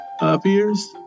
appears